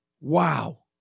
Wow